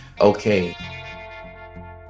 okay